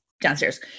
downstairs